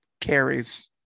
carries